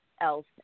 else